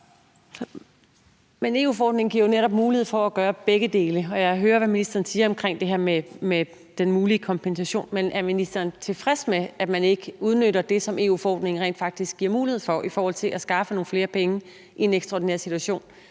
EU-forordningen giver jo netop mulighed for at gøre begge dele. Og jeg hører, hvad ministeren siger omkring det her med den mulige kompensation. Men er ministeren tilfreds med, at man ikke udnytter det, som EU-forordningen rent faktisk giver mulighed for, i forhold til at skaffe nogle flere penge i en ekstraordinær situation